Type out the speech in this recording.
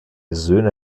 söhne